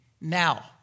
now